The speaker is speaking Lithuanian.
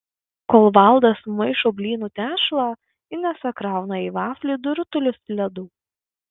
kol valdas maišo blynų tešlą inesa krauna į vaflį du rutulius ledų